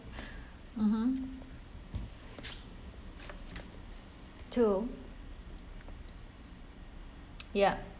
mmhmm two ya